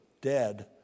dead